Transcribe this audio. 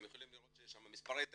אתם יכולים לראות שיש שם מספרי טלפון,